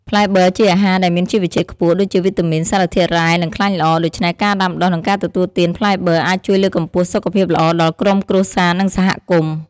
ផ្លែបឺរជាអាហារដែលមានជីវជាតិខ្ពស់ ដូចជាវីតាមីន សារធាតុរ៉ែ និងខ្លាញ់ល្អ ដូច្នេះការដាំដុះ និងការទទួលទានផ្លែបឺរអាចជួយលើកកម្ពស់សុខភាពល្អដល់ក្រុមគ្រួសារ និងសហគមន៍។